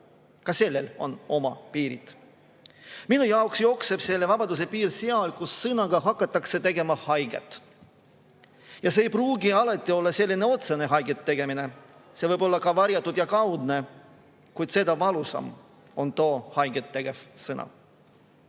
ka sellel on oma piirid. Minu jaoks jookseb vabaduse piir seal, kus sõnaga hakatakse tegema haiget. See ei pruugi alati olla selline otsene haiget tegemine, see võib olla ka varjatud ja kaudne, kuid seda valusam on too haiget tegev sõna. Ma